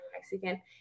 Mexican